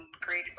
great